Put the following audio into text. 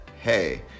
hey